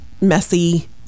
messy